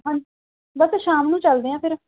ਹਾਂ ਬਸ ਸ਼ਾਮ ਨੂੰ ਚਲਦੇ ਆ ਫਿਰ